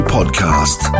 Podcast